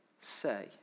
say